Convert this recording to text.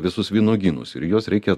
visus vynuogynus ir juos reikia